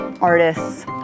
artists